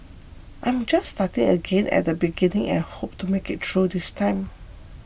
I'm just starting again at the beginning and hope to make it through this time